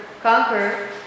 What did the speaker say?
conquer